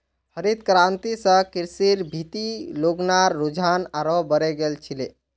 हरित क्रांति स कृषिर भीति लोग्लार रुझान आरोह बढ़े गेल छिले